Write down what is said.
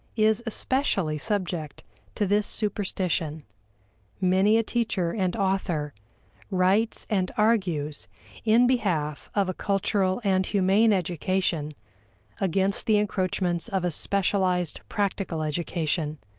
is especially subject to this superstition many a teacher and author writes and argues in behalf of a cultural and humane education against the encroachments of a specialized practical education,